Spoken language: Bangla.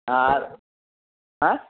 আর হ্যাঁ